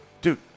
Dude